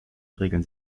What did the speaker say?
regeln